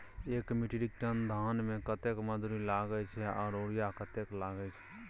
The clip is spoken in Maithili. एक मेट्रिक टन धान में कतेक मजदूरी लागे छै आर यूरिया कतेक लागे छै?